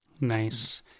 Nice